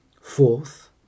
Fourth